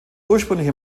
ursprünglich